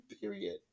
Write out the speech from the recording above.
Period